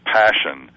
passion